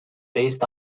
based